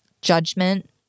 judgment